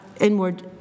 inward